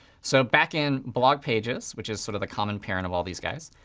so back in blog pages, which is sort of the common parent of all these guys,